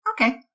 Okay